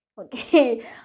Okay